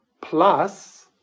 plus